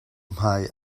hmai